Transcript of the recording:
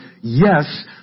yes